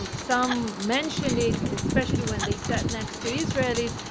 um some mentioned it, especially when they sat next to israelis.